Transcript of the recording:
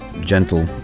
gentle